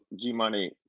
G-Money